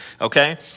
okay